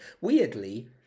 Weirdly